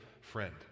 friend